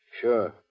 Sure